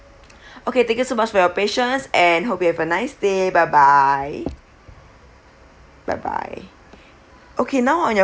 okay thank you so much for your patience and hope you have a nice day bye bye bye bye okay now on your